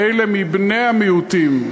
לאלה מבני-המיעוטים,